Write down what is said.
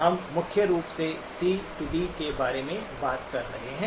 हम मुख्य रूप से सी डी C D के बारे में बात कर रहे हैं